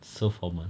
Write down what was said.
so formal